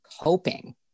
coping